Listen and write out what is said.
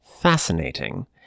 Fascinating